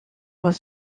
was